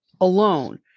alone